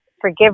forgive